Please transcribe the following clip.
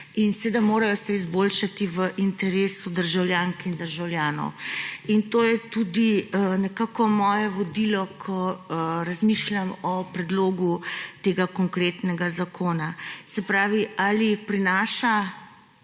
In seveda se morajo izboljšati v interesu državljank in državljanov. In to je tudi nekako moje vodilo, ko razmišljam o predlogu tega konkretnega zakona, se pravi, ali prinaša